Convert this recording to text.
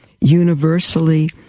universally